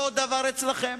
אותו דבר אצלכם.